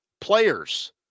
players